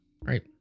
right